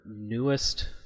newest